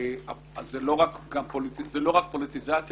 זה לא רק פוליטיזציה,